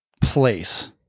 place